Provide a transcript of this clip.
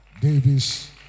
Davis